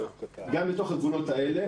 גם בתוך הגבולות האלה,